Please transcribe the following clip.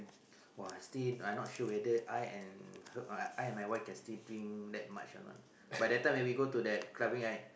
!wow! I still I not sure whether I and her I and my wife can still drink that much or not by that time we when we go to that clubbing right